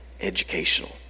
educational